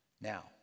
Now